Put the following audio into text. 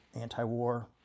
anti-war